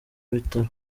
bitaro